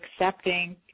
accepting